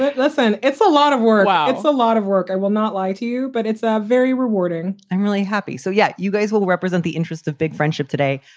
but listen, it's a lot of work. it's a lot of work. i will not lie to you, but it's ah very rewarding i'm really happy. so, yeah, you guys will represent the interests of big friendship today.